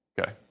Okay